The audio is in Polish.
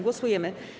Głosujemy.